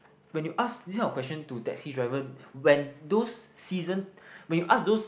when you ask this kind of question to taxi driver when those season when you ask those